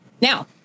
Now